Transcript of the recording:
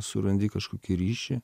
surandi kažkokį ryšį